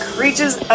Creatures